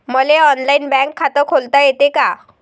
मले online bank खात खोलता येते का?